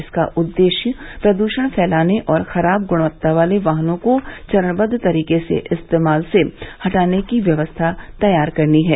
इसका उद्देश्य प्रदूषण फैलाने और खराब गुणवत्ता वाले वाहनों को चरणबद्द तरीके से इस्तेमाल से हटाने की व्यवस्था तैयार करनी है